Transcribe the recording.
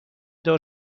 دار